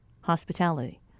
hospitality